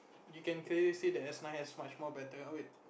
you can clearly see that S-nine has much more better err wait